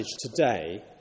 today